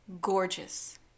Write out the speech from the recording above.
gorgeous